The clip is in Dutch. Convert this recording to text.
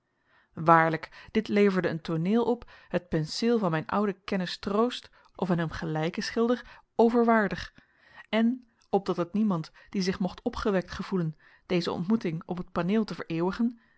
waarlijk dit leverde een tooneel op het penseel van mijn ouden kennis troost of een hem gelijken schilder overwaardig en opdat het niemand die zich mocht opgewekt gevoelen deze ontmoeting op het paneel te vereeuwigen